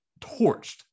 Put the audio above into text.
torched